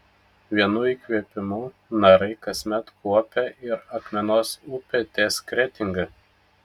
vienu įkvėpimu narai kasmet kuopia ir akmenos upę ties kretinga